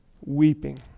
weeping